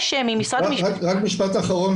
רק משפט אחרון,